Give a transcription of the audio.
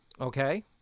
Okay